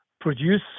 produce